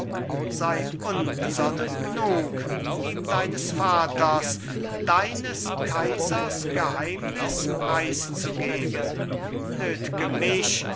sei unbesonnen gnug ihm deines vaters deines kaisers geheimnis preis zu